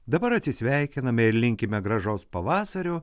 dabar atsisveikiname linkime gražaus pavasario